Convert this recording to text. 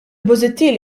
busuttil